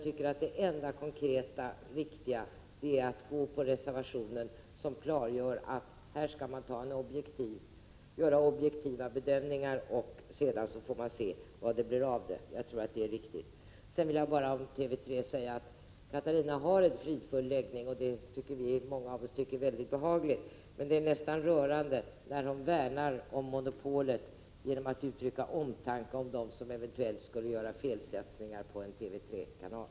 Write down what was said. Det enda konkreta och förnuftiga är att stödja reservationen, i vilken det klargörs att man skall göra objektiva bedömningar och att man sedan får se vad resultatet blir. Jag tror att det är riktigt. Catarina Rönnung har en fridfull läggning, och det tycker många av oss är mycket behagligt. Men det är nästan rörande när hon värnar om monopolet genom att uttrycka omtanke om dem som eventuellt skulle göra felsatsningar på en TV 3-kanal.